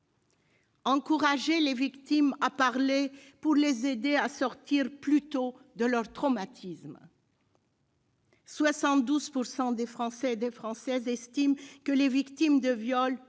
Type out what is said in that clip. d'encourager les victimes à parler, pour les aider à sortir plus tôt de leur traumatisme. Pour 72 % des Français et des Françaises, les victimes de viol